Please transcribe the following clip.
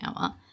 hour